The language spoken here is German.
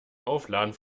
aufladen